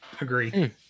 Agree